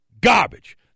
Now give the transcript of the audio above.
Garbage